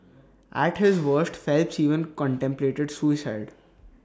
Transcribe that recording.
at his worst Phelps even contemplated suicide